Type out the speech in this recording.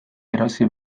erosi